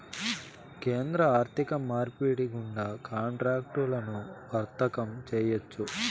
కేంద్ర ఆర్థిక మార్పిడి గుండా కాంట్రాక్టులను వర్తకం చేయొచ్చు